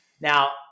Now